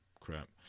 crap